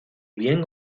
bien